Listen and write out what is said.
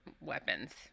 weapons